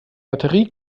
batterie